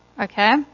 Okay